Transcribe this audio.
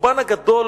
החורבן הגדול